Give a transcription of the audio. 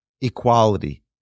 Equality